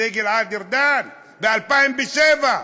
זה גלעד ארדן, ב-2007.